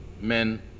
men